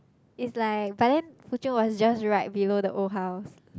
is like but then Fu-chun was just right below the old house